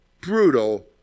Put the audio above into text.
brutal